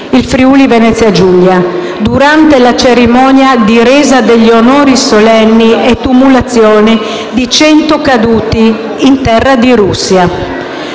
il Friuli-Venezia Giulia, durante la cerimonia di resa degli onori solenni e tumulazione di 100 caduti in terra di Russia.